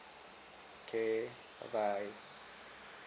okay bye bye